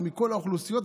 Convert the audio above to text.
זה מכל האוכלוסיות,